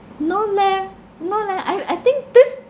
no leh no leh I I think this